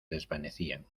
desvanecían